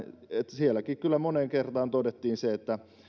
sielläkin kyllä moneen kertaan todettiin se että